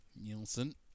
Nielsen